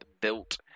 built